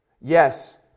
Yes